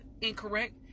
incorrect